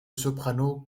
soprano